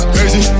Crazy